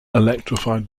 electrified